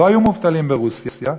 לא היו מובטלים ברוסיה,